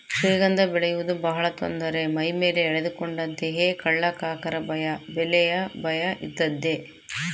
ಶ್ರೀಗಂಧ ಬೆಳೆಯುವುದು ಬಹಳ ತೊಂದರೆ ಮೈಮೇಲೆ ಎಳೆದುಕೊಂಡಂತೆಯೇ ಕಳ್ಳಕಾಕರ ಭಯ ಬೆಲೆಯ ಭಯ ಇದ್ದದ್ದೇ